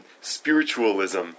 Spiritualism